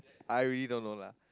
I really don't know lah